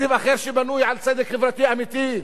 תקציב אחר, שבנוי על צדק חברתי אמיתי.